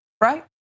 right